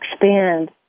expand